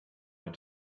eine